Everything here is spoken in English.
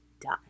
done